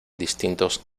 distintos